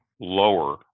lower